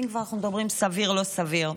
אם כבר אנחנו מדברים על סביר ולא סביר.